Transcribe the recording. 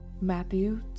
Matthew